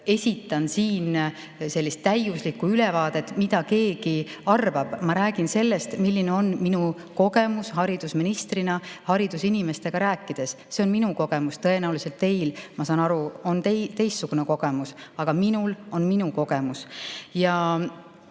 esitan siin sellist täiuslikku ülevaadet, mida keegi arvab. Ma räägin sellest, milline on minu kogemus haridusministrina haridusinimestega rääkides. See on minu kogemus. Tõenäoliselt teil, ma saan aru, on teistsugune kogemus. Aga minul on minu kogemus.